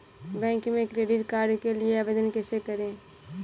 Bank में credit card के लिए आवेदन कैसे करें?